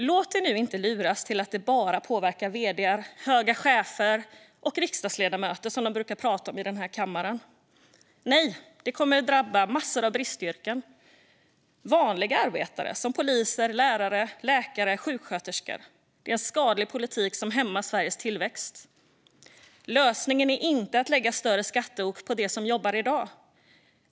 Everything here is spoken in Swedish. Låt er inte luras att tro att det bara påverkar vd:ar, höga chefer och riksdagsledamöter, som de brukar prata om i kammaren. Nej, det kommer att drabba vanliga arbetare i massor av bristyrken som poliser, lärare, läkare och sjuksköterskor. Det är en skadlig politik som hämmar Sveriges tillväxt. Lösningen är inte att lägga större skatteok på dem som jobbar i dag.